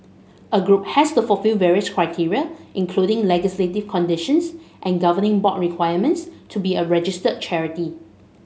a group has to fulfil various criteria including legislative conditions and governing board requirements to be a registered charity